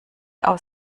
aus